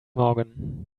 morgan